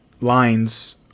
lines